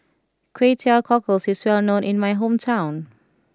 Kway Teow Cockles is well known in my hometown